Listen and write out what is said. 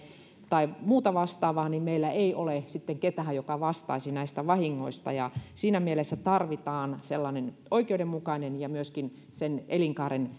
tai muuta vastaavaa niin meillä ei ole sitten ketään joka vastaisi näistä vahingoista siinä mielessä tarvitaan sellainen oikeudenmukainen ja myöskin sen elinkaaren